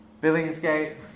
Billingsgate